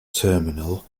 terminal